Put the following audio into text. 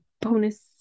bonus